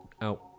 out